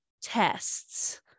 tests